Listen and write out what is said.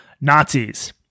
Nazis